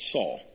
Saul